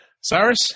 Cyrus